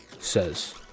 Says